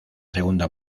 segunda